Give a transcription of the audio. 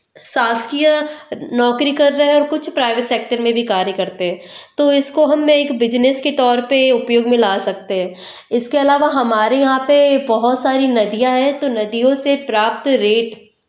शासकीय नौकरी कर रहे हैं और कुछ प्राइवेट सेक्टर में भी कार्य करते हैं तो इसको हम एक बिज़नेस के तौर पर उपयोग में ला सकते हैं इसके अलावा हमारे यहाँ पर बहुत सारी नदियाँ हैं तो नदियों से प्राप्त रेत